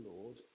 Lord